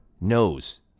knows